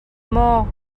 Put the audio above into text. maw